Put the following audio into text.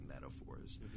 metaphors